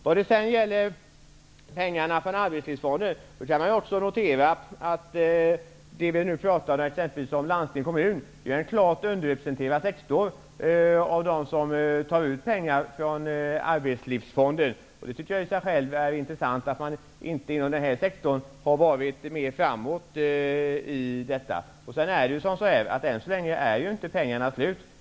När det sedan gäller Arbetslivsfondens pengar kan man konstatera att landsting och kommuner är en underrepresenterad sektor bland dem som tar ut pengar från fonden. Jag tycker att det är intressant att man inte inom denna sektor har varit mera framåt i detta avseende. Dessutom är pengarna än så länge inte slut.